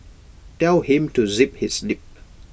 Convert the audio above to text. tell him to zip his lip